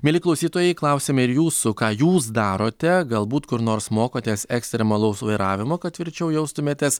mieli klausytojai klausiame ir jūsų ką jūs darote galbūt kur nors mokotės ekstremalaus vairavimo kad tvirčiau jaustumėtės